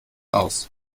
aus